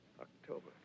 October